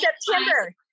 September